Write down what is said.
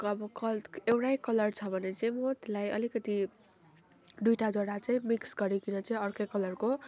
क अब कल एउटै कलर छ भने चाहिँ म त्यसलाई अलिकति दुईटा जरा चाहिँ मिक्स गरिकन चाहिँ अर्कै कलरको